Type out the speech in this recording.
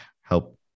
help